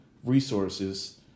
Resources